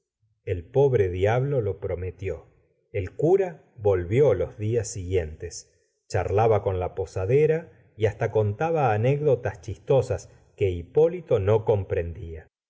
el pobre diablo lo prometió el cura volvió los días siguientes charlaba con la posadera y hasta contaba anécdotas chistosas que hipólito no comprendía